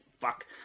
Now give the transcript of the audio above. fuck